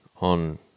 on